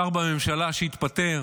שר בממשלה שהתפטר